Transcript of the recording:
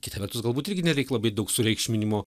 kita vertus galbūt irgi nereik labai daug sureikšminimo